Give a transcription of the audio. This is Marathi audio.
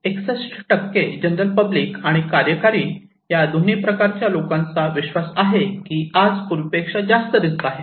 61 जनरल पब्लिक आणि कार्यकारी या दोन्ही प्रकारच्या लोकांचा असा विश्वास आहे की आज पूर्वीपेक्षा जास्त रिस्क आहे